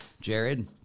jared